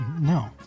No